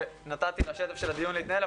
נתתי לשטף של הדיון להתנהל,